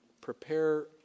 prepare